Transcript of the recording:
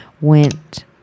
went